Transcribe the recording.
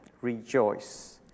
rejoice